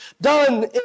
done